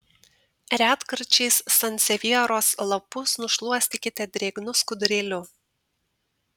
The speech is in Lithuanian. retkarčiais sansevjeros lapus nušluostykite drėgnu skudurėliu